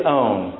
own